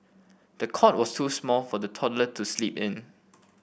the cot was too small for the toddler to sleep in